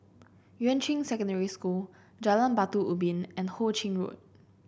Yuan Ching Secondary School Jalan Batu Ubin and Ho Ching Road